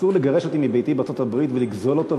אסור לגרש אותי מביתי בארצות-הברית ולגזול אותו,